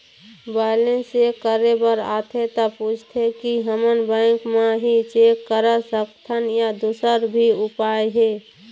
Balance check करे बर आथे ता पूछथें की हमन बैंक मा ही चेक करा सकथन या दुसर भी उपाय हे?